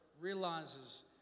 realizes